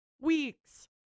Weeks